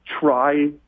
try